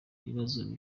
ibibazo